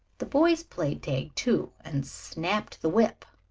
the boys played tag, too, and snapped the whip,